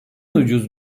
ucuz